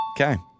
Okay